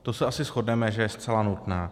To se asi shodneme, že je zcela nutné.